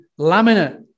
laminate